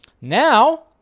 Now